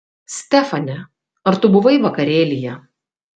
stefane ar tu buvai vakarėlyje